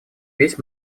весь